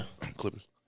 Clippers